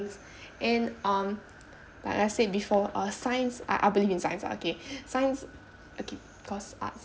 and um but let's say before uh science I I believe in science ah okay science uh cause arts